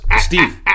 Steve